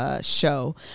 show